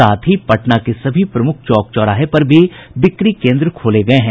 साथ ही पटना के सभी प्रमूख चौक चौराहे पर भी बिक्री केन्द्र खोले गये हैं